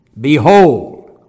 behold